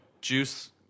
juice